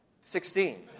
sixteen